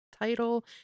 title